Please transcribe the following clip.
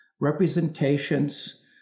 representations